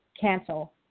cancel